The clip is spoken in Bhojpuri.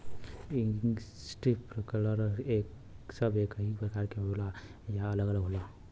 इस्प्रिंकलर सब एकही प्रकार के होला या अलग अलग होला?